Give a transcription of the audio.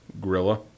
gorilla